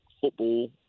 football